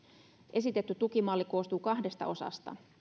esitetty tukimalli koostuu kahdesta osasta